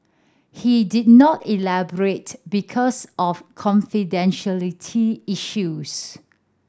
he did not elaborate because of confidentiality issues